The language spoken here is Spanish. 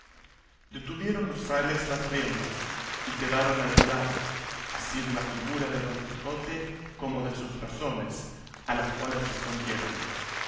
detuvieron los frailes las riendas y quedaron admirados así de la figura de don quijote como de sus razones a las cuales respondieron